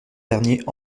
dernier